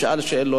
ישאל שאלות,